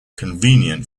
convenient